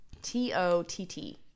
t-o-t-t